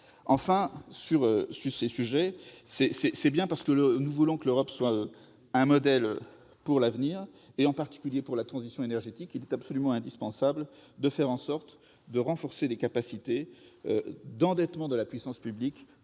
Enfin, c'est bien parce que nous voulons que l'Europe soit un modèle pour l'avenir, en particulier pour la transition énergétique, qu'il est absolument indispensable de renforcer les capacités d'endettement de la puissance publique.